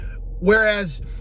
Whereas